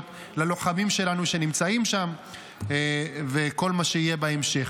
ללוחמים שלנו שנמצאים שם וכל מה שיהיה בהמשך.